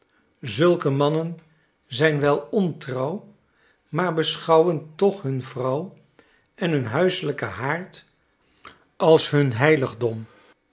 zulke mannen zijn wel ontrouw maar beschouwen toch hun vrouw en hun huiselijken haard als hun heiligdom